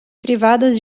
privadas